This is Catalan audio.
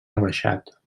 rebaixat